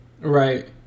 Right